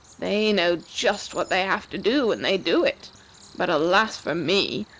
they know just what they have to do, and they do it but alas for me!